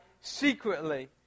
secretly